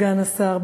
סגן השר,